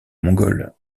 mongols